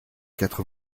quatre